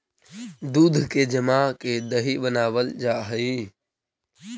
दूध के जमा के दही बनाबल जा हई